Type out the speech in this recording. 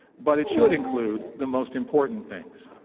but it should include the most important things.